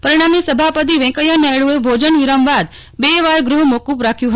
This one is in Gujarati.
પરિણામે સભાપતિ વૈકેયા નાયડએ ભોજન વિરામ બાદ બે વાર ગૃહ મોકૂક રાખ્યું હતું